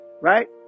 Right